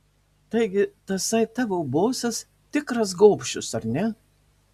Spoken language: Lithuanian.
taigi tasai tavo bosas tikras gobšius ar ne